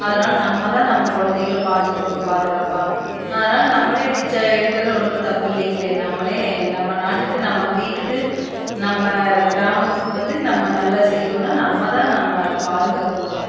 அதனால் நம்ம தான் நம்ம குழந்தைகள பாத்துக்கணும் பாதுகாப்பாக அதனால் நம்மளே டிச்சை எடுக்கிறது ஒன்றும் தப்பு இல்லைங்களே நம்மளே நம்ம நாட்டுக்கு நம்ம வீட்டுக்கு நம்ம கிராமத்துக்கு வந்து நம்ம நல்லது செய்யணும் நம்மதான் நம்ம பாதுகாக்கணுங்க